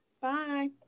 Bye